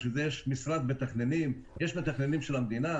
בשביל זה יש משרד מתכננים, יש מתכננים של המדינה.